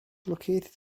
located